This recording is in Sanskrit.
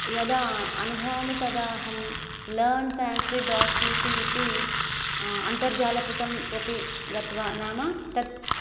यदा अनुभवामि तदा अहं learn Sanskrit dot c c इति अन्तर्जालपुटं प्रति गत्वा नाम तत्